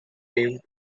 pimp